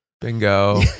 Bingo